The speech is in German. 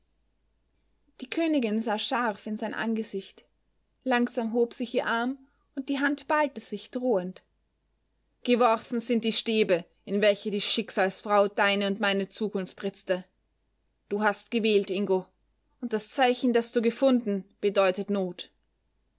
die königin sah scharf in sein angesicht langsam hob sich ihr arm und die hand ballte sich drohend geworfen sind die stäbe in welche die schicksalsfrau deine und meine zukunft ritzte du hast gewählt ingo und das zeichen das du gefunden bedeutet not